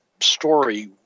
story